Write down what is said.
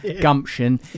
gumption